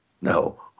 No